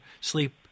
sleep